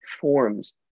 forms